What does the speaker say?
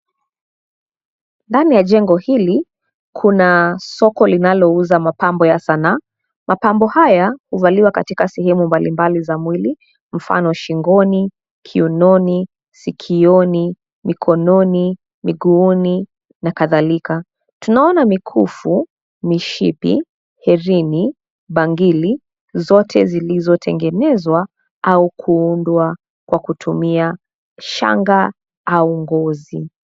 Ndani ya jengo hili, kuna soko linalouza mapambo ya sanaa. Mapambo haya, huvaliwa katika sehemu mbalimbali za mwili, mfano: shingoni, kiunoni, sikioni, mikononi, miguuni, na kadhalika. Tunaona mikufu, mishipi, herini, bangili, zote zilizotengenezwa, au kuundwa kwa kutumia, shanga au ngozi.